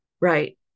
right